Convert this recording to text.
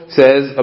says